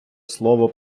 слово